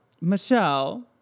Michelle